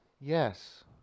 Yes